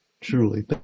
truly